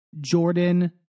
Jordan